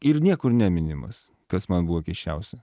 ir niekur neminimas kas man buvo keisčiausia